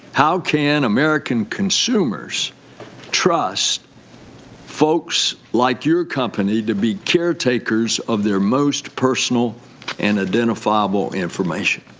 how can american consumers trust folks like your company to be caretakers of their most personal and identifiable information?